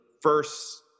first